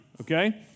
okay